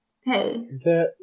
hey